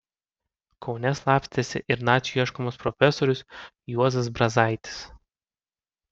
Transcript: kaune slapstėsi ir nacių ieškomas profesorius juozas brazaitis